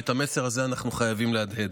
ואת המסר הזה אנחנו חייבים להדהד.